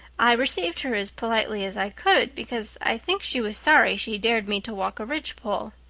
i received her as politely as i could, because i think she was sorry she dared me to walk a ridgepole.